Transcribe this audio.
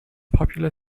popular